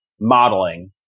modeling